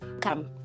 come